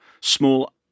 small